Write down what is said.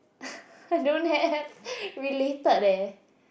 I don't have related leh